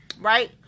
right